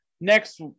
next